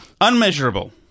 unmeasurable